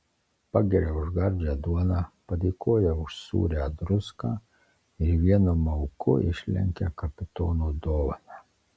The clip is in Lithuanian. pagiria už gardžią duoną padėkoja už sūrią druską ir vienu mauku išlenkia kapitono dovaną